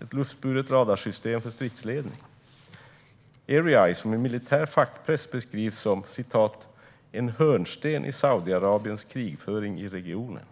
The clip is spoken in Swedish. ett luftburet radarsystem för stridsledning som i militär fackpress beskrivs som "en hörnsten i Saudiarabiens krigsföring i regionen".